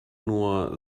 nur